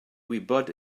gwybod